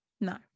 no